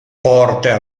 porter